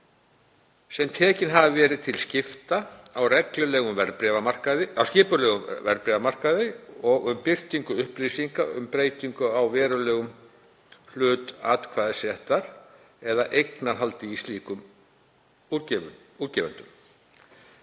sem tekin hafa verið til skipta á skipulegum verðbréfamarkaði og um birtingu upplýsinga um breytingu á verulegum hlut atkvæðisréttar eða eignarhaldi í slíkum útgefendum.